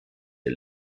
der